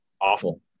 awful